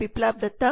Biplab ದತ್ತProf